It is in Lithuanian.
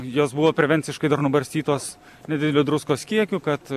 jos buvo prevenciškai dar nubarstytos nedideliu druskos kiekiu kad